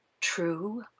True